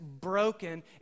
broken